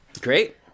great